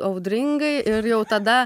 audringai ir jau tada